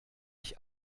ich